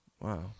Wow